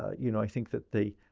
ah you know, i think that the